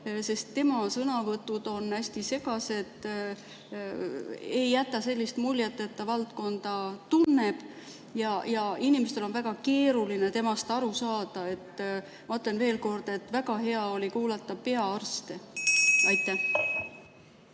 aga tema sõnavõtud on hästi segased, ei jäta muljet, et ta seda valdkonda tunneb. Ja inimestel on väga keeruline temast aru saada. Ma ütlen veel kord, et väga hea oli kuulata peaarste. Aitäh!